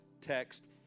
text